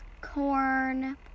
corn